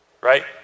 right